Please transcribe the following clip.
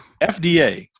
FDA